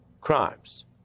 crimes